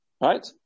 Right